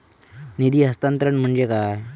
निधी हस्तांतरण म्हणजे काय?